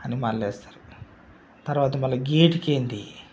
అని మళ్ళీ వేస్తారు తర్వాత మళ్ళీ గేటుకు ఏంది